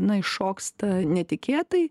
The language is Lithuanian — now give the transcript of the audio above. na iššoksta netikėtai